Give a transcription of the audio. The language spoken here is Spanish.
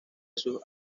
sus